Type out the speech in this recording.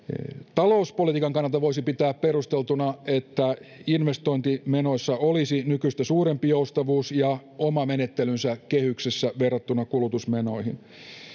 talouspolitiikan kannalta voisi pitää perusteltuna että investointimenoissa olisi nykyistä suurempi joustavuus ja oma menettelynsä kehyksessä verrattuna kulutusmenoihin